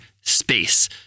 space